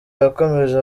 yakomeje